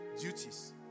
duties